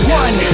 one